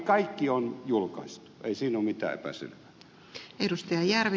kaikki on julkaistu ei siinä ole mitään epäselvää